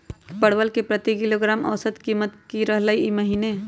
परवल के प्रति किलोग्राम औसत कीमत की रहलई र ई महीने?